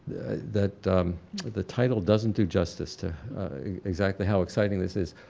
the but the title doesn't do justice to exactly how exciting this is.